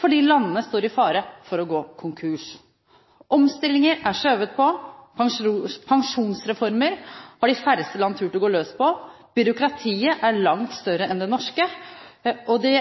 fordi landene står i fare for å gå konkurs. Omstillinger er skjøvet på, og pensjonsreformer har de færreste land tort å gå løs på. Byråkratiet er langt større enn det norske, og det